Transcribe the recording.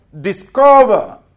discover